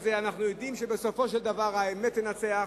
אנחנו יודעים שבסופו של דבר האמת תנצח,